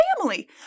family